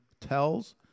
tells